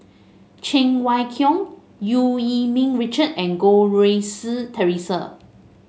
Cheng Wai Keung Eu Yee Ming Richard and Goh Rui Si Theresa